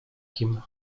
kim